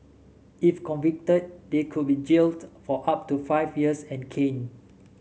if convicted they could be jailed for up to five years and caned